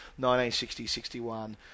1960-61